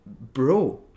bro